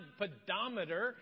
pedometer